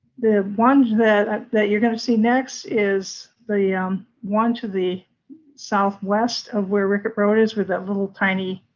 the one that that you're going to see next is the um one to the southwest of where rickett road is with that little tiny